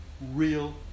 real